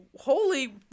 Holy